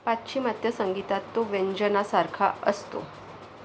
पाश्चिमात्य संगीतात तो व्यंजनासारखा असतो